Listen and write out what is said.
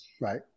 Right